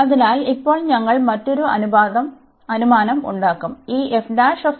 അതിനാൽ ഇപ്പോൾ ഞങ്ങൾ മറ്റൊരു അനുമാനം ഉണ്ടാക്കും